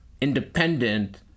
independent